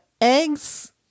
eggs